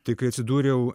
tai kai atsidūriau